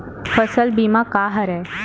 फसल बीमा का हरय?